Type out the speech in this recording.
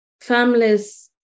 families